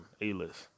A-list